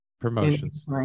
Promotions